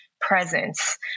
presence